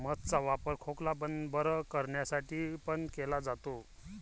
मध चा वापर खोकला बरं करण्यासाठी पण केला जातो